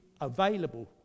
available